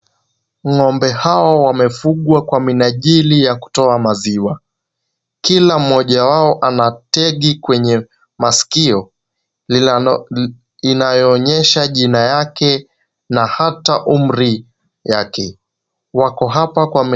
Ng'ombe hao wamefugwa kwa mnajili yakutoa maziwa kila mmoja wao ana tegi kwenye maskio inayo onyesha jina yake na hata umri wake.